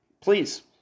please